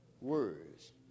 words